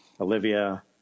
Olivia